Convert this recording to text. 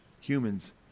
humans